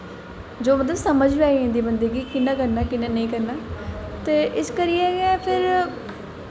जो मतलब समझ आई जंदी बंदे गी कि'यां करना कि'यां नेईं करना ते इस करियै गै फिर हून बी